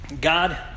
God